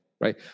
right